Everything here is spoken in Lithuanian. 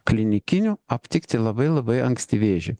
klinikinių aptikti labai labai anksti vėžį